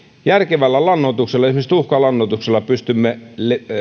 järkevällä lannoituksella esimerkiksi tuhkalannoituksella pystymme